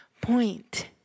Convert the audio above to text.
point